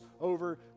over